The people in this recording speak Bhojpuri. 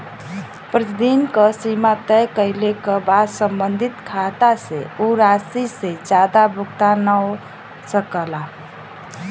प्रतिदिन क सीमा तय कइले क बाद सम्बंधित खाता से उ राशि से जादा भुगतान न हो सकला